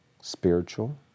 spiritual